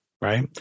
right